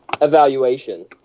evaluation